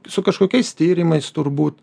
su kažkokiais tyrimais turbūt